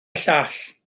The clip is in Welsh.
llall